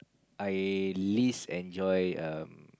I least enjoy um